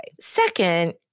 Second